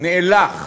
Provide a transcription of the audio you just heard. נאלח.